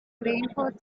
reinforce